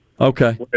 Okay